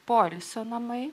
poilsio namai